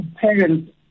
parents